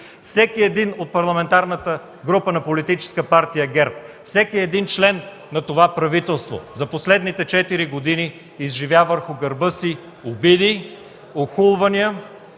Всеки един от Парламентарната група на Политическа партия ГЕРБ, всеки член на това правителство за последните четири години изживя върху гърба си обиди, охулвания,